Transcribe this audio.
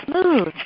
smooth